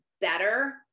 better